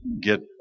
get